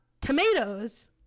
Tomatoes